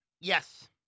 Yes